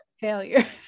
Failure